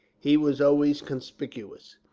he was always conspicuous.